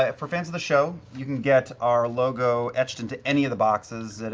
ah for fans of the show, you can get our logo etched into any of the boxes